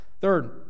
Third